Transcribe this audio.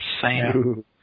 Sam